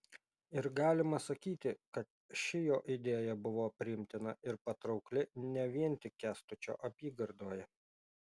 ir galima sakyti kad ši jo idėja buvo priimtina ir patraukli ne vien tik kęstučio apygardoje